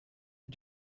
are